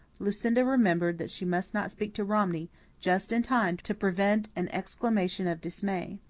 lucinda remembered that she must not speak to romney just in time to prevent an exclamation of dismay.